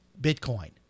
bitcoin